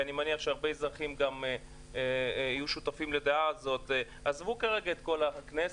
ואני מניח שהרבה אזרחים יהיו שותפים לדעה הזאת עזבו כרגע את כל הכנסת,